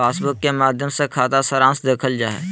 passbook के माध्मय से खाता सारांश देखल जा हय